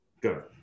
Go